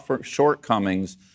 shortcomings